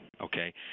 okay